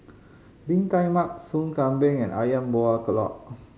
Bee Tai Mak Sup Kambing and Ayam Buah Keluak